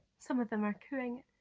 some of them are cooing.